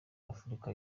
afurika